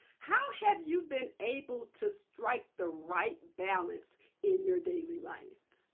how have you been able to strike the right balance in your daily life?